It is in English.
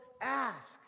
ask